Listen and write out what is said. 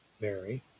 Mary